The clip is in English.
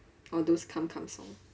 all those calm calm song